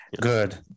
good